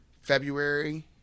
February